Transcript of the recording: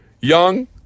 Young